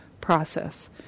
process